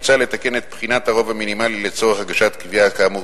מוצע לתקן את בחינת הרוב המינימלי לצורך הגשת תביעה כאמור,